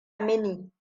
mini